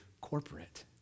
corporate